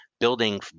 building